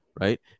right